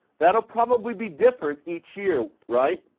that'll probably be different each year, right?